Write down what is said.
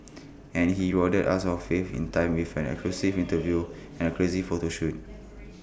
and he rewarded us for our faith in him with an exclusive interview and A crazy photo shoot